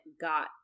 got